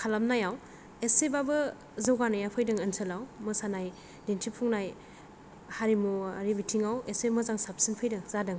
खालामनायाव इसेबाबो जौगानाया फैदों ओनसोलाव मोसानाय दिन्थिफुंनाय हारिमुवारि बिथिंआव इसे मोजां साबसिन फैदों जादों